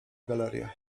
galeria